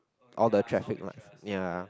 all the traffic light ya